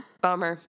bummer